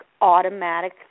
automatic